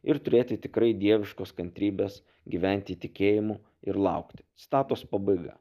ir turėti tikrai dieviškos kantrybės gyventi tikėjimu ir laukti citatos pabaiga